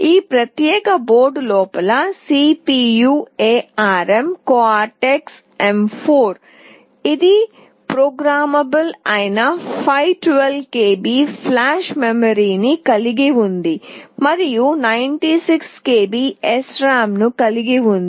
ఈ ప్రత్యేక బోర్డు లోపల CPU ARM Co rtex M4 ఇది ప్రోగ్రామబుల్ అయిన 512 KB ఫ్లాష్ మెమరీని కలిగి ఉంది మరియు 96 KB SRAM ను కలిగి ఉంది